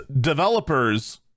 developers